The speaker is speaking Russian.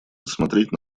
рассмотреть